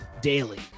Daily